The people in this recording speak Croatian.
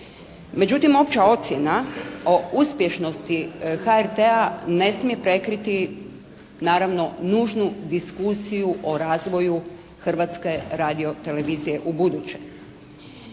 Međutim, opća ocjena o uspješnosti HRT-a ne smije prekriti naravno nužnu diskusiju o razvoju Hrvatske radiotelevizije ubuduće.